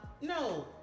no